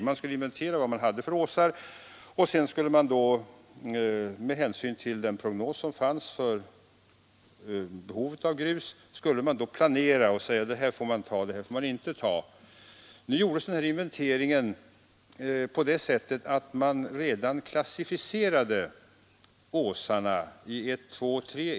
Det skulle bara inventeras vad det fanns för åsar, och med utgångspunkt i den prognos som fanns för behovet av grus skulle man sedan planera litet närmare och säga: där får man ta grus men inte där. Denna inventering gjordes på det sättet att vi klassificerade åsarna i klasserna 1, 2 och 3.